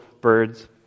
birds